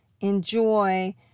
enjoy